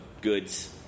goods